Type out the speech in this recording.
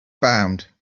bound